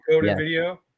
video